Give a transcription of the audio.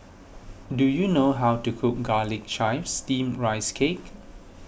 do you know how to cook Garlic Chives Steamed Rice Cake